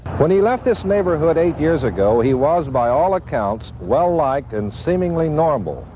when he left this neighborhood eight years ago, he was by all accounts. well-liked and seemingly normal.